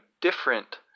different